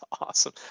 awesome